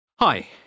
Hi